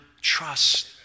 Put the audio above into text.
trust